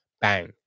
bang